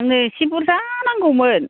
आंनो एसे बुरजा नांगौमोन